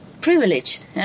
privileged